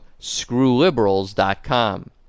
ScrewLiberals.com